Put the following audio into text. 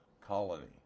colony